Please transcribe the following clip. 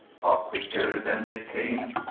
far quicker than they came,